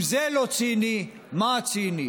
אם זה לא ציני, מה ציני?